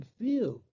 feel